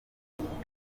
muzaze